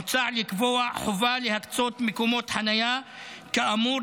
מוצע לקבוע חובה להקצות מקומות חניה כאמור